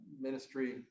ministry